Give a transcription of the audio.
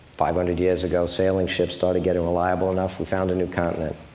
five hundred years ago, sailing ships started getting reliable enough we found a new continent.